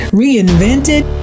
reinvented